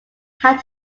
had